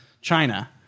China